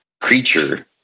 creature